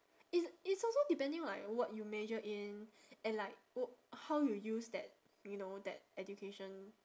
it's it's also depending like what you major in and like uh how you use that you know that education